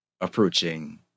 approaching